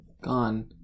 gone